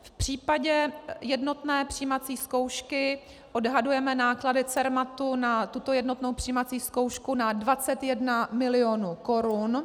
V případě jednotné přijímací zkoušky odhadujeme náklady Cermatu na tuto jednotnou přijímací zkoušku na 21 milionů korun.